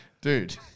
dude